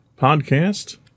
podcast